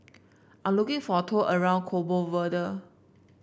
I'm looking for a tour around Cabo Verde